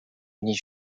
unis